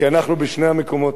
כי אנחנו בשני המקומות,